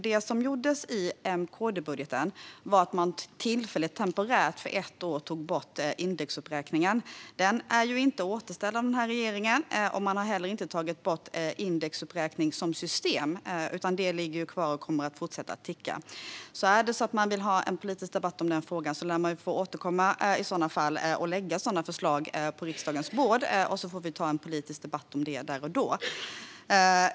Det man gjorde i M-KD-budgeten var att man tillfälligt, temporärt för ett år, tog bort indexuppräkningen. Den är inte återställd av denna regering. Man har heller inte tagit bort indexuppräkning som system, utan det ligger kvar och fortsätter ticka. Vill man ha en politisk debatt om denna fråga får man återkomma och lägga förslag på riksdagens bord, och så får vi ta en politisk debatt om det där och då.